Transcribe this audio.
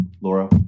Laura